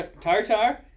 Tartar